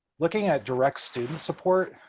looking at direct student support,